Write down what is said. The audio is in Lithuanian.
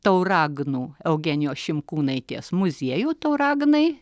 tauragnų eugenijos šimkūnaitės muziejų tauragnai